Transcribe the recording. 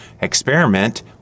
experiment